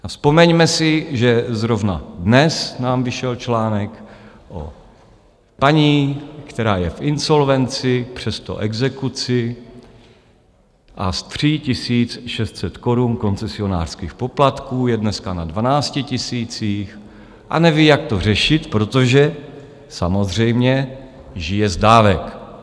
A vzpomeňme si, že zrovna dnes nám vyšel článek o paní, která je v insolvenci, přesto exekuci, a z 3 600 korun koncesionářských poplatků je dneska na 12 tisících a neví, jak to řešit, protože samozřejmě žije z dávek.